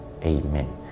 Amen